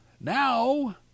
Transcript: now